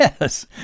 Yes